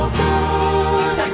good